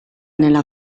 nella